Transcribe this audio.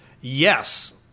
Yes